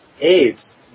aids